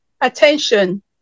attention